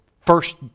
first